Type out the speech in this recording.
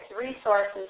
resources